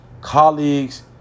colleagues